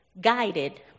guided